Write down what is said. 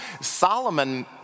Solomon